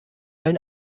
allen